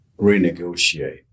renegotiate